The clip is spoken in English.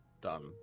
done